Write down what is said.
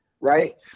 right